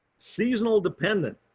seasonal dependent.